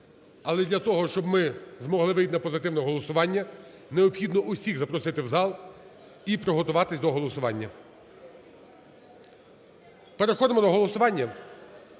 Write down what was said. Але, для того, щоб ми змогли вийти на позитивне голосування, необхідно всіх запросити в зал і приготуватись до голосування. Переходимо до голосування?